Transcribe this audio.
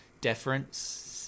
deference